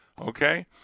okay